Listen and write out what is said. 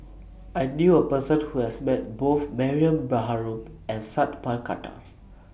I knew A Person Who has Met Both Mariam Baharom and Sat Pal Khattar